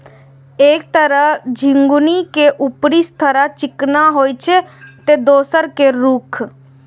एक तरह झिंगुनी के ऊपरी सतह चिक्कन होइ छै, ते दोसर के रूख